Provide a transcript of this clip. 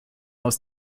aus